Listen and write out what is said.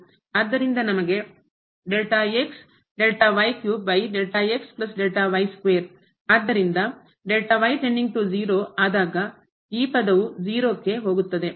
ಆದ್ದರಿಂದ ನಮಗೆ ಆದ್ದರಿಂದ ಆದಾಗ ಈ ಪದವು 0 ಕ್ಕೆ ಹೋಗುತ್ತದೆ ಮತ್ತು ಇದು ಇಲ್ಲಿ 0 ಆಗುತ್ತದೆ